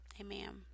amen